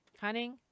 hunting